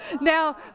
now